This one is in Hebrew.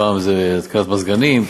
פעם זה התקנת מזגנים,